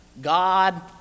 God